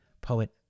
poet